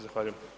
Zahvaljujem.